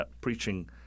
preaching